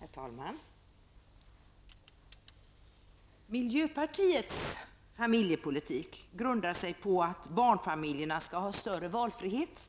Herr talman! Miljöpartiets familjepolitik grundar sig på att barnfamiljerna skall ha större valfrihet